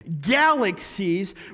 galaxies